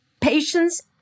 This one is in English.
patience